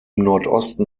nordosten